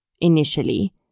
Initially